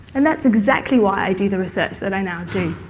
and that's exactly why i do the research that i now do.